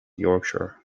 yorkshire